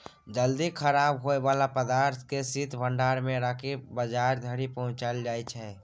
जल्दी खराब होइ बला पदार्थ केँ शीत भंडारण मे राखि बजार धरि पहुँचाएल जाइ छै